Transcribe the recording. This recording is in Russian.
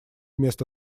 места